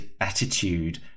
attitude